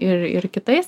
ir ir kitais